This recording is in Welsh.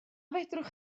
fedrwch